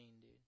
dude